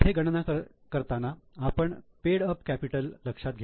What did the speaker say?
इथे गणना करताना आपण पेड अप कॅपिटल लक्षात घेऊ